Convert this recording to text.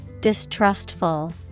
Distrustful